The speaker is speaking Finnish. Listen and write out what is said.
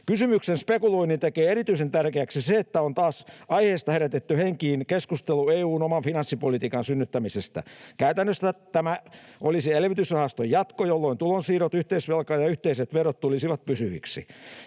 Kysymyksen spekuloinnin tekee erityisen tärkeäksi se, että on taas aiheesta herätetty henkiin keskustelu EU:n oman finanssipolitiikan synnyttämisestä. Käytännöstä tämä olisi elvytysrahaston jatko, jolloin tulonsiirrot, yhteisvelka ja yhteiset verot tulisivat pysyviksi.